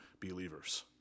believers